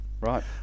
Right